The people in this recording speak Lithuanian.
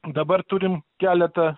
dabar turim keletą